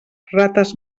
rates